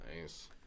Nice